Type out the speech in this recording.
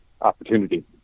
opportunity